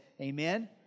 amen